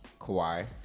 Kawhi